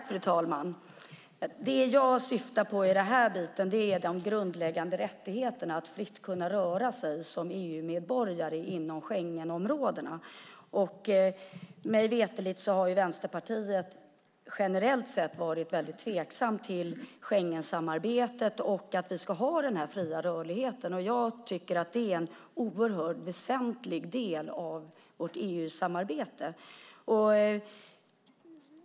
Fru talman! Det jag syftar på är de grundläggande rättigheterna att fritt kunna röra sig som EU-medborgare inom Schengenområdet. Mig veterligen har Vänsterpartiet generellt varit väldigt tveksamt till Schengensamarbetet och den fria rörligheten. Jag tycker att det är en oerhört väsentlig del av vårt EU-samarbete.